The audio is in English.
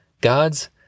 God's